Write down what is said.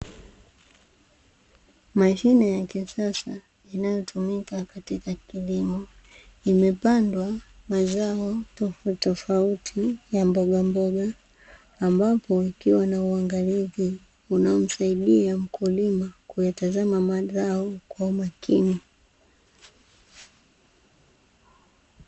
Mashine ya kisasa inayo tumika katika kilimo, Imepandwa mazao tofautitofauti ya mbogamboga, ambapo ikiwa na uwangalizi inayo msaidia mkulima kutazama mazao kwa umakini.